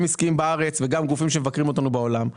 עסקיים בארץ וגם גופים שמבקרים אותנו בעולם.